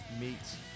meets